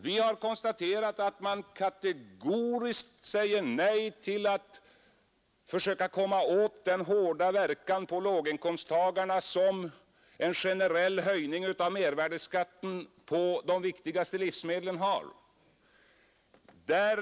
Vi har konstaterat att man kategoriskt säger nej till försöken att komma åt den hårda verkan på låginkomsttagarna som en generell höjning av mervärdeskatten på de viktigaste livsmedlen har.